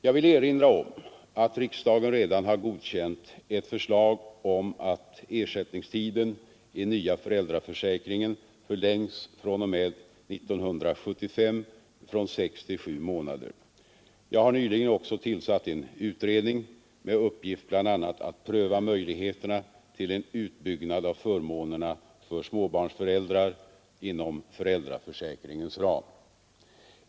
Jag vill erinra om att riksdagen redan har godkänt ett förslag om att ersättningstiden i nya föräldraförsäkringen förlängs fr.o.m. 1975 från sex till sju månader. Jag har nyligen också tillsatt en utredning med uppgift bl.a. att pröva möjligheterna till en utbyggnad av förmånerna för småbarnsföräldrar inom föräldraförsäkringens ram.